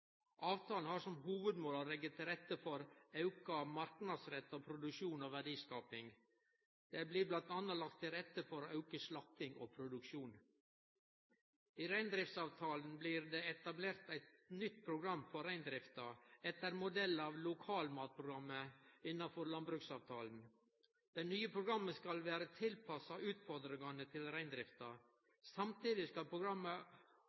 Avtalen har som hovudmål å leggje til rette for auka marknadsretta produksjon og verdiskaping. Det blir bl.a. lagt til rette for auka slakting og produksjon. I reindriftsavtalen blir det etablert eit nytt program for reindrifta etter modell av Lokalmatprogrammet innafor landbruksavtalen. Det nye programmet skal vere tilpassa utfordringane til reindrifta. Samtidig skal programmet